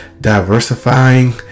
diversifying